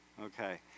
Okay